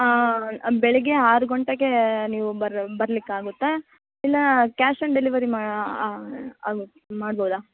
ಹಾಂ ಬೆಳಿಗ್ಗೆ ಆರು ಗಂಟೆಗೆ ನೀವು ಬರು ಬರಲಿಕ್ಕಾಗುತ್ತ ಇಲ್ಲ ಕ್ಯಾಶ್ ಆನ್ ಡೆಲಿವರಿ ಮಾ ಆಗಿ ಮಾಡ್ಬೌದಾ